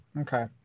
Okay